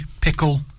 pickle